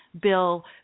bill